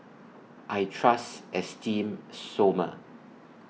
I Trust Esteem Stoma